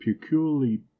peculiarly